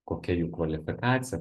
kokia jų kvalifikacija